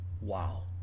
Wow